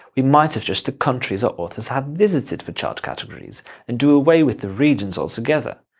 we might have just the countries our authors have visited for child categories and do away with the regions altogether.